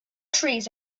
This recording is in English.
trees